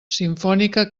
simfònica